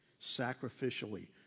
sacrificially